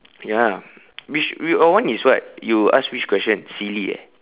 ya which your one is what you ask which question silly eh